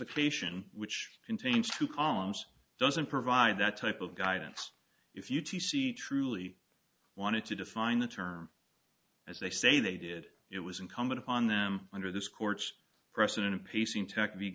ication which contains two columns doesn't provide that type of guidance if u t c truly wanted to define the term as they say they did it was incumbent upon them under this court's precedent piecing tech